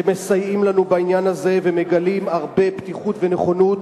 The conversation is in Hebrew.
שמסייעים לנו בעניין הזה ומגלים הרבה פתיחות ונכונות.